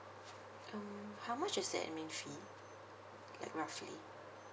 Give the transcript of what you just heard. um how much is that admin fee like roughly